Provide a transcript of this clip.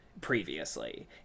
previously